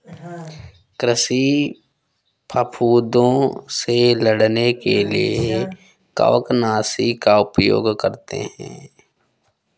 कृषि फफूदों से लड़ने के लिए कवकनाशी का उपयोग करते हैं